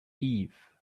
eve